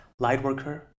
Lightworker